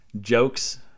jokes